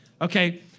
Okay